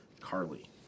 carly